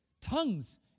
tongues